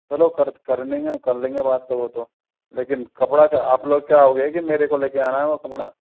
चलो कर लेंगे कर लेंगे बात तो वो तो लेकिन कपड़ा क्या आप लेके आओगे कि मेरे को लेके आना है वह कपड़ा